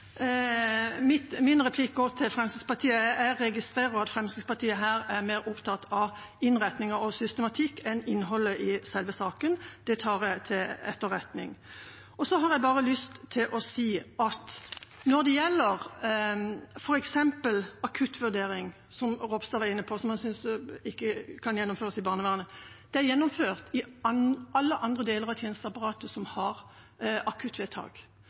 Min replikk går til Fremskrittspartiet. Jeg registrerer at Fremskrittspartiet her er mer opptatt av innretninger og systematikk enn av innholdet i selve saken. Det tar jeg til etterretning. Så har jeg bare lyst til å si når det gjelder f.eks. akuttvurdering, som statsråd Ropstad var inne på, som han ikke synes kan gjennomføres i barnevernet: Det er gjennomført i alle andre deler av tjenesteapparatet som har akuttvedtak.